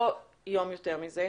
לא יום יותר מזה.